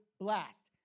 blast